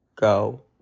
go